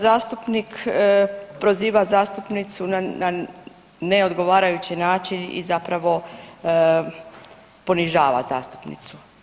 Zastupnik proziva zastupnicu na neodgovarajući način i zapravo ponižava zastupnicu.